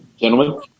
Gentlemen